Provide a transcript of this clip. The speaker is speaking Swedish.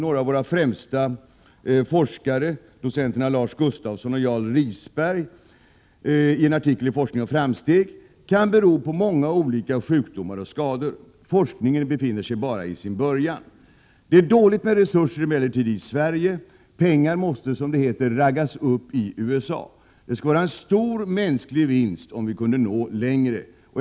Några av våra främsta forskare, docenterna Lars Gustafson och Jarl Risberg, framhåller i en artikel i tidskriften Forskning och Framsteg att ett sjukligt psykiskt åldrande kan bero på många olika sjukdomar och skador. Forskningen befinner sig bara i sin början. Det är emellertid dåligt med resurser i Sverige. Pengar måste, som det heter, raggas upp i USA. Det skulle vara en stor mänsklig vinst, om vi kunde nå längre.